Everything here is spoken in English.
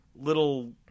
little